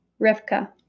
Rivka